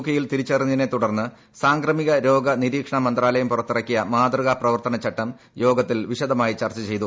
K യിൽ തിരിച്ചറിഞ്ഞതിന്റെ തുടർന്ന് സാംക്രമിക രോഗ നിരീക്ഷണ മന്ത്രാലയം പുറൃത്തിറക്കിയ മാതൃകാ പ്രവർത്തനചട്ടം യോഗത്തിൽ വിശദമായിട്ട് ച്ചർച്ച ചെയ്തു